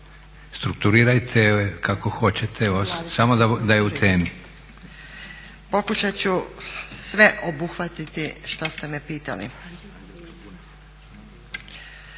strukturirajte kako hoćete, samo da je u temi. **Buneta, Anđelka** Pokušat ću sve obuhvatiti šta ste me pitali.